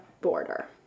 border